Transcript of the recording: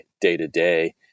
day-to-day